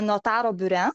notaro biure